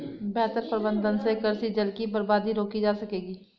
बेहतर प्रबंधन से कृषि जल की बर्बादी रोकी जा सकेगी